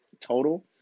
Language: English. total